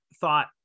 thought